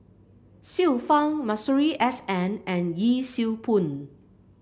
Xiu Fang Masuri S N and Yee Siew Pun